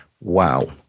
Wow